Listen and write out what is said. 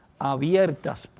abiertas